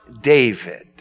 David